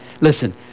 Listen